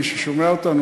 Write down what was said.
מי ששומע אותנו,